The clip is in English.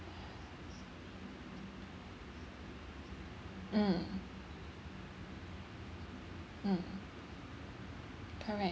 mm mm correct